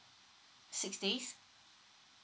six days